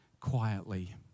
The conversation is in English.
quietly